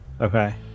Okay